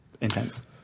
intense